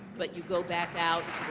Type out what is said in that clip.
but you go back out